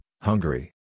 Hungary